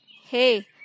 Hey